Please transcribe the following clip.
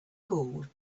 cooled